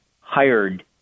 hired